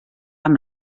amb